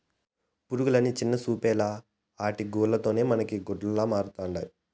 పురుగులని చిన్నచూపేలా ఆటి గూల్ల తోనే మనకి గుడ్డలమరుతండాయి